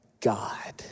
God